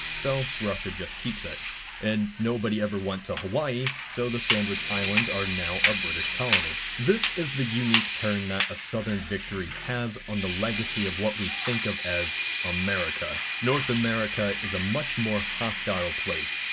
so russia just keeps it and nobody ever went to hawaii, so the sandwich islands are now a british colony this is the unique turn that a southern victory has on the legacy of what we think of as america. north america is a much more hostile place.